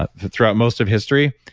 ah throughout most of history.